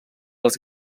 els